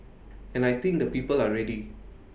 and I think the people are ready